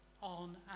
on